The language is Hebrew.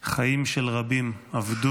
חיים של רבים אבדו.